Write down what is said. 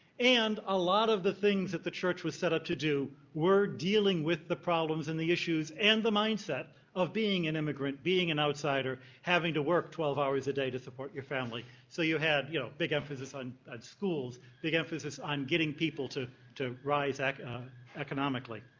and a lot of the things that the church would set out to do were dealing with the problems and the issues and the mindset of being an immigrant, being an outsider, having to work twelve hours a day to support your family. so you had, you know, big emphasis on schools, big emphasis on getting people to to rise economically.